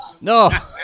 No